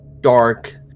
dark